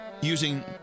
using